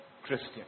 Christian